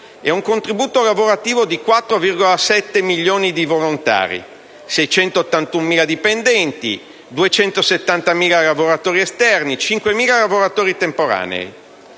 di un contributo lavorativo di 4,7 milioni di volontari, 681.000 dipendenti, 270.000 lavoratori esterni e 5.000 lavoratori temporanei.